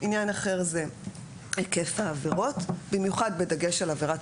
עניין אחר זה היקף העבירות במיוחד בדגש על עבירת